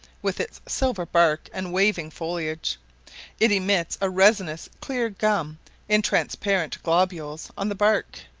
with its silver bark and waving foliage it emits a resinous clear gum in transparent globules on the bark,